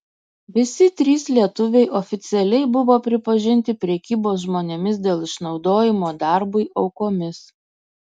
visi trys lietuviai oficialiai buvo pripažinti prekybos žmonėmis dėl išnaudojimo darbui aukomis